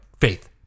Faith